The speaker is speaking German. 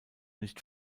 nicht